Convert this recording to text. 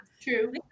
True